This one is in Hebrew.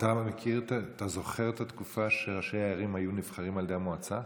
אתה זוכר את התקופה שראשי ערים היו נבחרים על ידי המועצה?